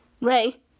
Ray